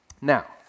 Now